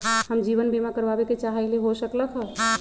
हम जीवन बीमा कारवाबे के चाहईले, हो सकलक ह?